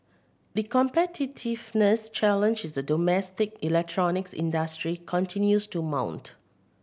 the competitiveness challenge is the domestic electronics industry continues to mount